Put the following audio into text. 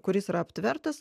kuris yra aptvertas